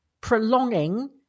prolonging